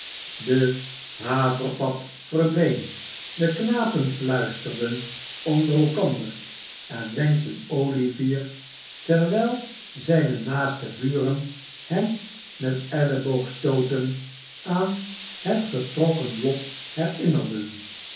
de haverpap verdween de knapen fluisterden onder elkander en wenkten olivier terwijl zijne naaste buren hem met elleboogstooten aan het getrokken lot herinnerden